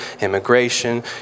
immigration